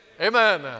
Amen